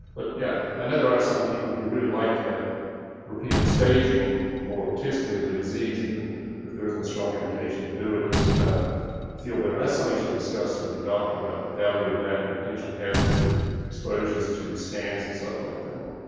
but yeah, i know there are some people who really like to have repeated staging or testing of the disease even if there isn't a strong indication to do it, just to kind of feel better. and that's something you should discuss with your doctor about the value of that and potential hazards of exposures to scans and stuff like that.